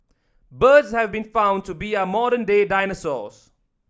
birds have been found to be our modern day dinosaurs